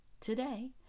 today